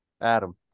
Adam